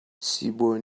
sibawi